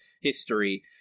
history